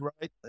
right